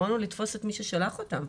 הפיתרון הוא לתפוס את מי ששלח אותם.